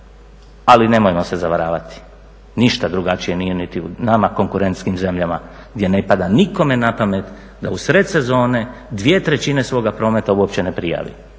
Ali nemojmo se zavaravati, ništa drugačije nije niti u nama konkurentskim zemljama gdje ne pada nikome na pamet da u sred sezone dvije trećine svoga prometa uopće ne prijavi.